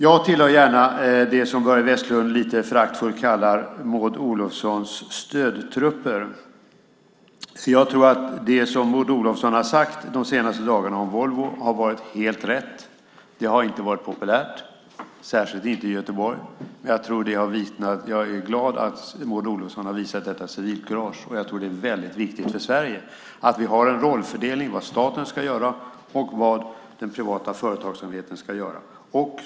Jag tillhör gärna det som Börje Vestlund lite föraktfullt kallar för Maud Olofssons stödtrupper, så jag tror att det hon de senaste dagarna har sagt om Volvo har varit helt rätt. Det har inte varit populärt, särskilt inte i Göteborg, men jag är glad att Maud Olofsson har visat detta civilkurage. Jag tror att det är väldigt viktigt för Sverige att vi har en rollfördelning mellan vad staten ska göra och vad den privata företagsamheten ska göra.